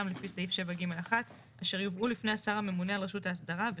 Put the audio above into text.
לפי סעיף 7 (ג') 1 אשר יובאו בפני השר הממונה על רשות ההסדרה.